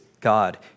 God